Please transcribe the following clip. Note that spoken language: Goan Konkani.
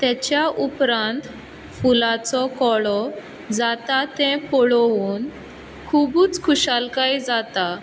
तेच्या उपरांत फुलांचो कळो जाता तें पळोवन खुबच खुशालकाय जाता